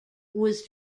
was